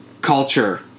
culture